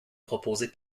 proposée